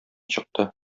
чыкты